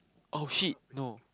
oh shit no